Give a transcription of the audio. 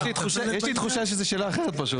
יש לי תחושה שזו שאלה אחרת פשוט.